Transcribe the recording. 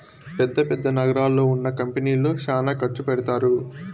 పెద్ద పెద్ద నగరాల్లో ఉన్న కంపెనీల్లో శ్యానా ఖర్చు పెడతారు